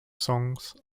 songs